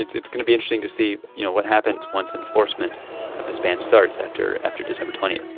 it's it's going to be interesting to see, you know, what happens once enforcement of this ban starts after after december twenty